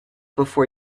before